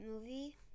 movie